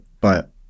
but-